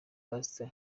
pastor